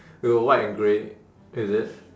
with a white and grey is it